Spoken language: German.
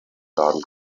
laden